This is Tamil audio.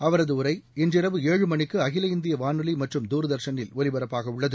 அவரது உரை இன்றிரவு ஏழு மனிக்கு அகில இந்திய வானொலி மற்றம் தூர்தர்ஷனில் ஒலிபரப்பாகவுள்ளது